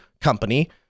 company